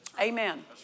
Amen